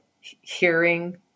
hearing